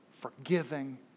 forgiving